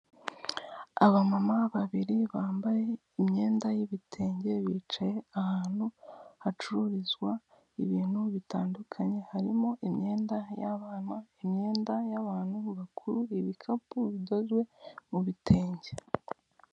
Abamama babiri bambaye imyenda y'ibitenge bicaye ahantu hacururizwa ibintu bitandukanye harimo imyenda y'abana ,imyenda y'abantu bakuru ,ibikapu bidozwe mu bitenge.